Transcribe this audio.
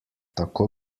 tako